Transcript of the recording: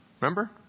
Remember